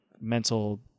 mental